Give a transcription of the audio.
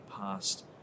past